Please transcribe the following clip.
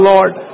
Lord